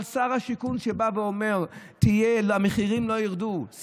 אבל כששר השיכון שבא ואומר שהמחירים לא ירדו,